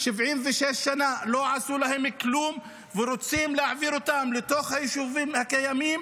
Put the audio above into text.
76 שנה לא עשו להם כלום ורוצים להעביר אותם לתוך היישובים הקיימים,